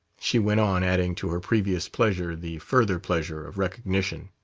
she went on, adding to her previous pleasure the further pleasure of recognition.